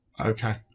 Okay